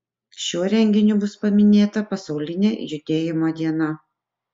šiuo renginiu bus paminėta pasaulinė judėjimo diena